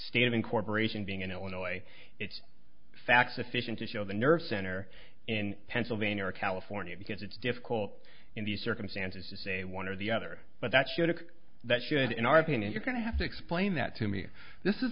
state of incorporation being in illinois it facts efficient to show the nerve center in pennsylvania or california because it's difficult in these circumstances to say one or the other but that shouldn't that should in our opinion you're going to have to explain that to me this is